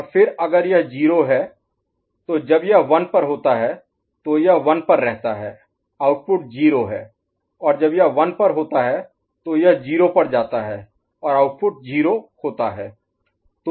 और फिर अगर यह 0 है तो जब यह 1 पर होता है तो यह 1 पर रहता है आउटपुट 0 है और जब यह 1 पर होता है तो यह 0 पर जाता है और आउटपुट 0 होता है